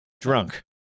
Drunk